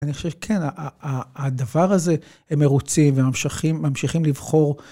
אני חושב שכן, ה ה הדבר הזה, הם מרוצים וממשיכים ממשיכים לבחור.